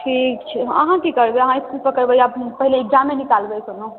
ठीक छै अहाँ की करबै अहाँ इसकूल पकड़बै या पहिले इक्जामे निकालबै कोनो